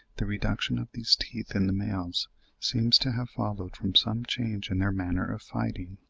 the reduction of these teeth in the males seems to have followed from some change in their manner of fighting,